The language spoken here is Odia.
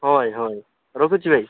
ହଁ ଭାଇ ହଁ ଭାଇ ରଖୁଛି ଭାଇ